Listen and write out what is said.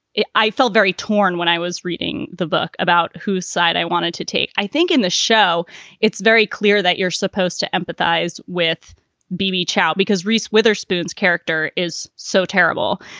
i felt very torn when i was reading the book about whose side i wanted to take. i think in the show it's very clear that you're supposed to empathize with bebe chao because reese witherspoon's character is so terrible.